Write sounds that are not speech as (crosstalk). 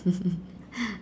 (laughs)